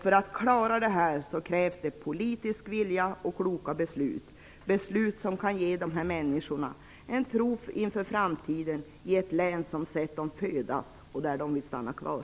För att klara detta krävs det politisk vilja och kloka beslut, beslut som kan ge dessa människor en tro inför framtiden i det län som sett dem födas och där de vill stanna kvar.